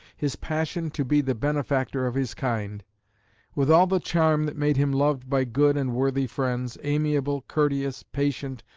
his passion to be the benefactor of his kind with all the charm that made him loved by good and worthy friends, amiable, courteous, patient,